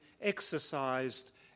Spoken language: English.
exercised